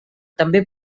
també